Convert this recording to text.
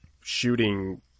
shooting